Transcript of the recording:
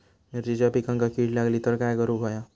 मिरचीच्या पिकांक कीड लागली तर काय करुक होया?